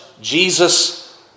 Jesus